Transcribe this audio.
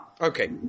Okay